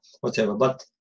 whatever—but